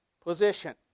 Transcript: position